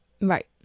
Right